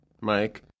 mike